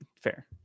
Fair